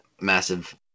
massive